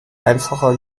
einfacher